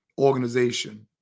organization